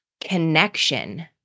Connection